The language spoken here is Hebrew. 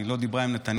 היא לא דיברה עם נתניהו,